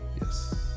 Yes